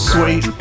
Sweet